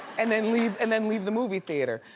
and then leave and then leave the movie theater.